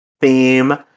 theme